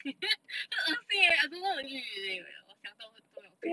很恶心 leh I don't know how he keep eating eh 我想到都要吐